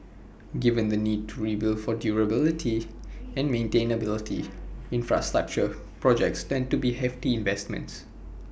given the need to rebuild for durability and maintainability infrastructure projects tend to be hefty investments